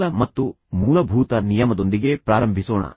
ಮೊದಲ ಮತ್ತು ಮೂಲಭೂತ ನಿಯಮದೊಂದಿಗೆ ಪ್ರಾರಂಭಿಸೋಣ